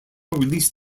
release